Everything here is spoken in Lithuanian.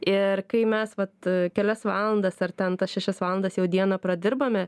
ir kai mes vat kelias valandas ar ten tas šešias valandas jau dieną pradirbame